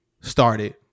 started